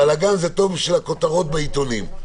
בלגן זה טוב בשביל הכותרות בעיתונים.